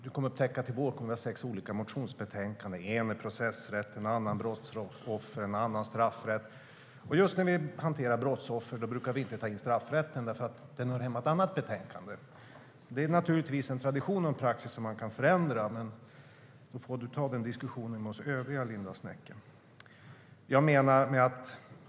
Du kommer att upptäcka att vi i vår kommer att ha sex olika motionsbetänkanden att behandla, en om processrätten, en annan om brottsoffren, ytterligare en om en annan straffrätt och så vidare. Just när vi hanterar brottsoffer brukar vi inte ta in straffrätten, eftersom den hör hemma i ett annat betänkande. Det är naturligtvis en tradition och en praxis som man kan förändra, men den diskussionen får du ta med oss övriga, Linda Snecker.